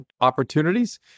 opportunities